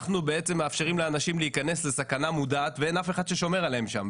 אנחנו מאפשרים לאנשים להיכנס לסכנה מודעת ואין אף אחד ששומר עליהם שם,